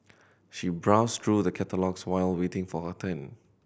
she browsed through the catalogues while waiting for her turn